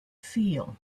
feel